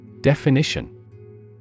Definition